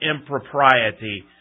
impropriety